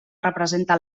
representa